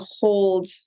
hold